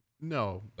No